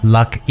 Luck